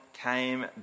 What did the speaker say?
came